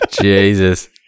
Jesus